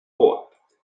both